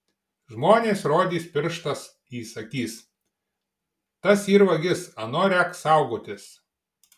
žmonės rodys pirštas į sakys tas yr vagis ano rek saugotis